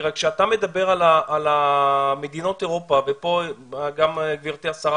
כשאתה מדבר על מדינות אירופה, ופה גם גברתי השרה